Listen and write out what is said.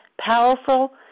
powerful